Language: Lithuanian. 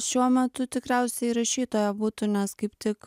šiuo metu tikriausiai rašytoja būtų nes kaip tik